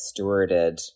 stewarded